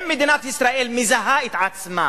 אם מדינת ישראל מזהה את עצמה